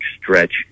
stretch